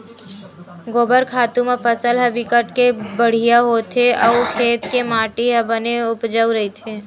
गोबर खातू म फसल ह बिकट के बड़िहा होथे अउ खेत के माटी ह बने उपजउ रहिथे